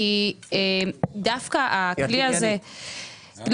כי דווקא הכלי הזה,